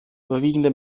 überwiegende